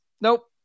Nope